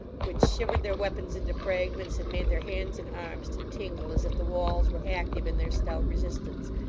which shivered their weapons into fragments, and made their hands and arms to tingle as if the walls were active in their stout resistance,